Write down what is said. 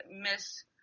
miss